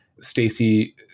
Stacey